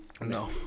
No